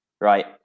right